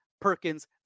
Perkins